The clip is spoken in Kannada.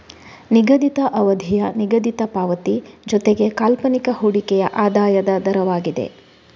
ನಿಗದಿತ ಅವಧಿಯ ನಿಗದಿತ ಪಾವತಿ ಜೊತೆಗೆ ಕಾಲ್ಪನಿಕ ಹೂಡಿಕೆಯ ಆದಾಯದ ದರವಾಗಿದೆ